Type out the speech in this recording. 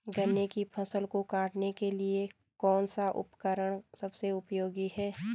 गन्ने की फसल को काटने के लिए कौन सा उपकरण सबसे उपयोगी है?